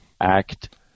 Act